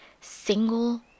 single